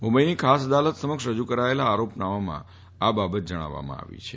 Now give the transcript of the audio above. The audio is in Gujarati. મુંબઈની ખાસ અદાલત સમક્ષ રજુ કરેલા આરોપનામામાં આ બાબત જણાવવામાં આવી છે